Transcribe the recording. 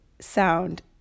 sound